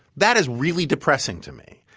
that is really depressing to me.